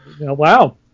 Wow